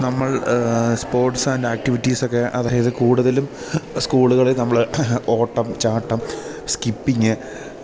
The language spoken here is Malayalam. നമ്മൾ സ്പോർട് ആൻ്റ് ആക്ടിവിറ്റീസൊക്കെ അതായത് കൂടുതലും സ്കൂളുകളിൽ നമ്മൾ ഓട്ടം ചാട്ടം സ്കിപ്പിങ്